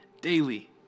daily